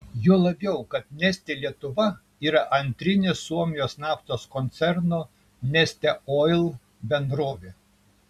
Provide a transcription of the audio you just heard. juo labiau kad neste lietuva yra antrinė suomijos naftos koncerno neste oil bendrovė